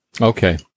Okay